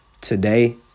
Today